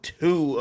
two